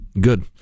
Good